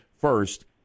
first